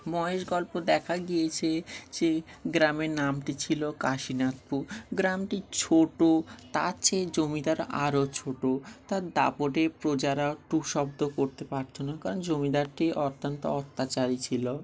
মহেশ গল্প দেখা গিয়েছে যে গ্রামের নামটি ছিল কাশীনাথপুর গ্রামটি ছোটো তার চেয়ে জমিদার আরও ছোটো তার দাপটে প্রজারা টুঁ শব্দ করতে পারতো না কারণ জমিদারটি অত্যন্ত অত্যাচারি ছিল